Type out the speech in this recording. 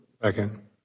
Second